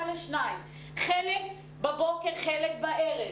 לשניים כשחלק לומד בבוקר והחלק השני בערב.